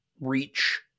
reach